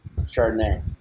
Chardonnay